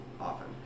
often